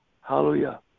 Hallelujah